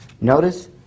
Notice